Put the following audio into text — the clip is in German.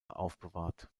aufbewahrt